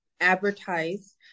advertise